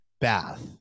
bath